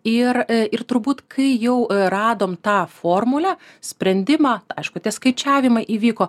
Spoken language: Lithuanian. ir ir turbūt kai jau radom tą formulę sprendimą aišku tie skaičiavimai įvyko